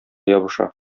ябыша